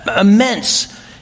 immense